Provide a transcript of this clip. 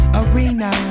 arena